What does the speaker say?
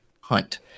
hunt